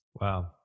Wow